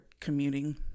commuting